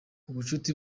ubucuti